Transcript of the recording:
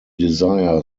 desire